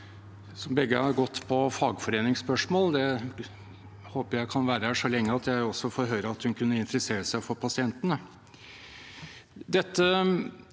begge gikk på fagforeningsspørsmål. Jeg håper jeg kan være her så lenge at jeg også får høre at hun kunne interessere seg for pasientene.